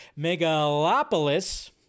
Megalopolis